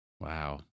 Wow